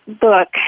book